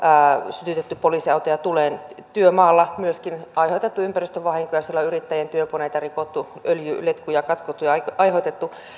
sytytetty poliisiautoja tuleen työmaalla myöskin aiheutettu ympäristövahinkoja siellä on yrittäjien työkoneita rikottu öljyletkuja katkottu ja ja aiheutettu